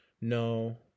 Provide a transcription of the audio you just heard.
no